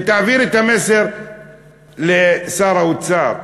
ותעביר את המסר לשר האוצר,